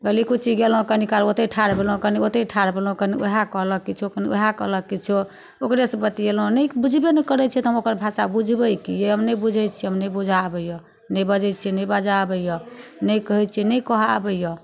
गलीकुचि गेलहुँ कनिकाल ओतऽ ठाढ़ भेलहुँ कनि ओतऽ ठाढ़ भेलहुँ कनि वएह कहलक किछु कनि वएह कहलक किछु ओकरेसँ बतिएलहुँ नहि बुझबे नहि करै छै तऽ हम ओकर भाषा बुझबै कि हम नहि बुझै छी नहि बुझऽ आबैए नहि बाजै छी नहि बाजऽ आबैए नहि कहै छिए नहि कहऽ आबैए